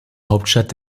hauptstadt